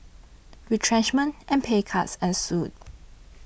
retrenchment and pay cuts ensued